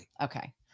Okay